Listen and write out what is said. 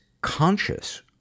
conscious